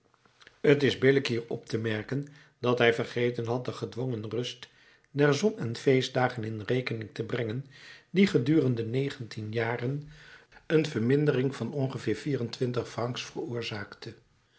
t is billijk hier op te merken dat hij vergeten had de gedwongen rust der zon en feestdagen in rekening te brengen die gedurende negentien jaren een vermindering van ongeveer vier-en-twintig francs veroorzaakte